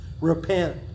Repent